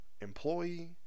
employee